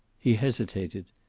he hesitated.